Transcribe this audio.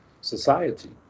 society